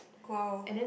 !wow!